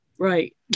Right